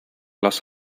las